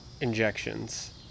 injections